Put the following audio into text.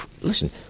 listen